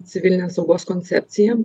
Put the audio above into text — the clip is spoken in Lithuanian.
civilinės saugos koncepciją